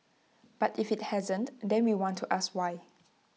but if IT hasn't then we want to ask why